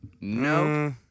no